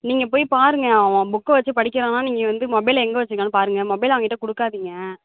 நீங்கள் போய் பாருங்கள் அவன் புக்கை வச்சு படிக்கிறான்னா நீங்கள் வந்து மொபைலை எங்கே வச்சுருக்கான்னு பாருங்கள் மொபைலை அவன்கிட்ட கொடுக்காதீங்க